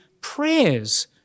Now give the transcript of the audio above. prayers